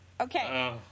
Okay